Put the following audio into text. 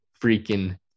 freaking